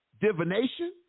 divination